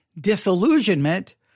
disillusionment